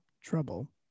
trouble